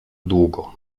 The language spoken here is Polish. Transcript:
długo